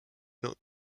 not